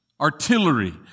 artillery